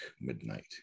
midnight